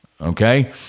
Okay